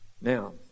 Now